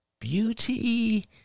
beauty